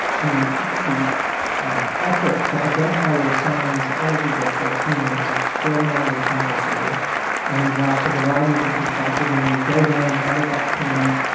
the the ah effort to identify whether someone is eligible for a payment is extraordinarily complicated and involves a variety of different factors, and when you go down and audit that payment,